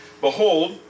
behold